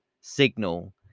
signal